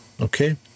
okay